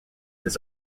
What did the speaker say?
this